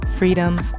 freedom